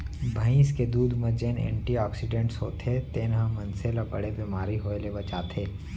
भईंस के दूद म जेन एंटी आक्सीडेंट्स होथे तेन ह मनसे ल बड़े बेमारी होय ले बचाथे